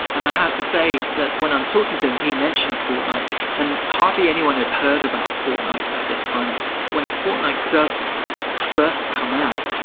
and i have to say that when i'm talking to him, he mentioned fortnight and hardly anyone had heard about fortnight at this time when fortnight does first come out.